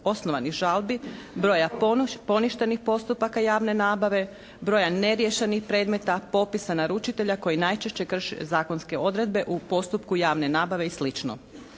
osnovanih žalbi, broja poništenih postupaka javne nabave, broja neriješenih predmeta, popisa naručitelja koji najčešće krše zakonske odredbe u postupku javne nabave i sl.